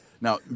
Now